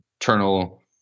internal